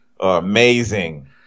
Amazing